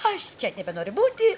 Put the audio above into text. aš čia nebenoriu būti